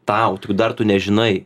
tau tik dar tu nežinai